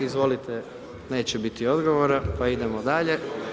Izvolite, neće biti odgovora, pa idemo dalje.